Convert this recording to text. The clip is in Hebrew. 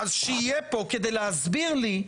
אז שיהיה פה כדי להסביר לי,